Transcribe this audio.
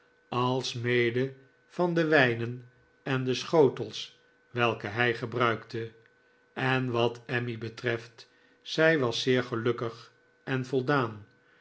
alsmede van de wijnen en de schotels welke hij gebruikte en wat emmy betreft zij was heel gelukkig en voldaan